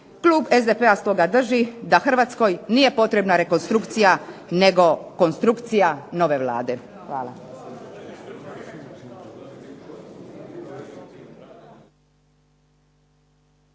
Klub SDP-a stoga drži da Hrvatskoj nije potrebna rekonstrukcija, nego konstrukcija nove Vlade. Hvala.